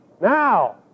Now